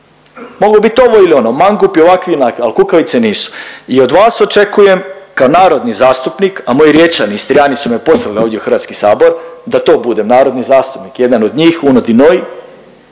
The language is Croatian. Mogu biti ovo ili ono, mangupi ovaki il onaki, al kukavice nisu. I od vas očekujem kao narodni zastupnik, a moji Riječani, Istrijani su me poslali ovdje u HS da to budem narodni zastupnik jedan od njih uno di noi,